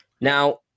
Now